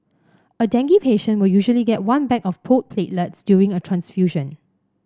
a dengue patient will usually get one bag of pooled platelets during a transfusion